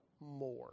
more